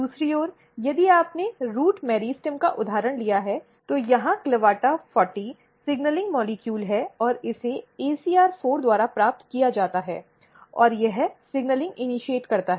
दूसरी ओर यदि आपने रूट मेरिस्टेम का उदाहरण लिया है तो यहां CLAVATA40 सिग्नलिंग अणु है और इसे ACR4 द्वारा प्राप्त किया जाता है और यह सिग्नलिंग इनीशिएट करता है